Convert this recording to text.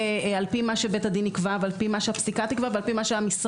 על פי מה שבית הדין יקבע ועל פי מה שהפסיקה תקבע ועל פי מה שהמשרד,